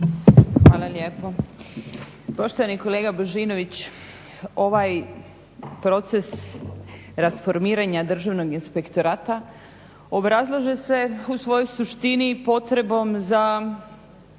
Hvala lijepo. Poštovani kolega Božinović, ovaj proces rasformiranja državnog inspektorata obrazlaže se u svojoj suštini i potrebnom za